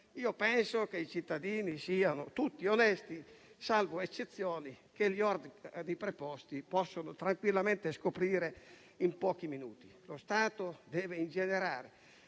penso che i cittadini siano tutti onesti salvo eccezioni, che gli organi preposti possono tranquillamente scoprire in pochi minuti. Lo Stato deve ingenerare